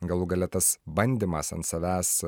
galų gale tas bandymas ant savęs